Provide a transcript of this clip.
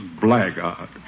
Blackguard